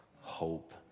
hope